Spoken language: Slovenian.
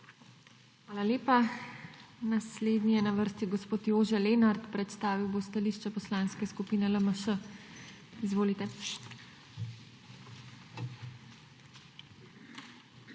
Hvala lepa. Naslednji je na vrsti gospod Jože Lenart, predstavil bo stališče Poslanke skupine LMŠ. Izvolite. **JOŽE